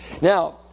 Now